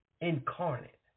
incarnate